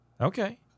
okay